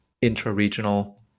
intra-regional